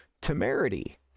temerity